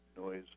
noise